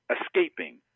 escaping